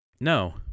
No